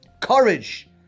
Courage